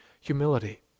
humility